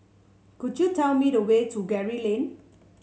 could you tell me the way to Gray Lane